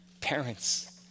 parents